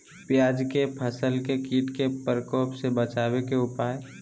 प्याज के फसल के कीट के प्रकोप से बचावे के उपाय?